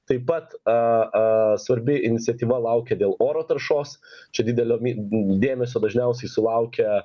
taip pat a a svarbi iniciatyva laukia dėl oro taršos čia didelio mi dėmesio dažniausiai sulaukia